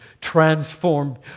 transformed